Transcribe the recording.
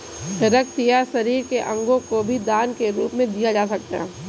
रक्त या शरीर के अंगों को भी दान के रूप में दिया जा सकता है